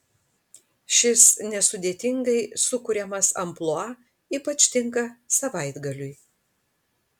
šis nesudėtingai sukuriamas amplua ypač tinka savaitgaliui